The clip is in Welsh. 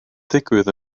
digwydd